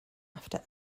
after